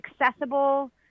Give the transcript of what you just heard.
accessible